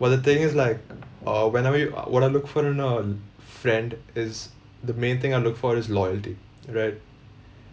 but the thing is like uh whenever you uh what I look for in a l~ friend is the main thing I look for is loyalty right